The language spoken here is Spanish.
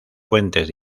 fuentes